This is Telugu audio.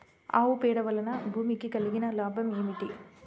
ఆవు పేడ వలన భూమికి కలిగిన లాభం ఏమిటి?